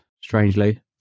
strangely